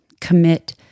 Commit